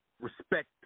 respect